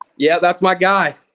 yeah, that's my guy.